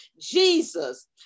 Jesus